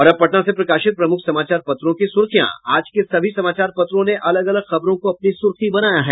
और अब पटना से प्रकाशित प्रमुख समाचार पत्रो की सुर्खियां आज के सभी समाचार पत्रों ने अलग अलग खबरों को अपनी सुर्खी बनाया है